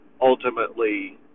ultimately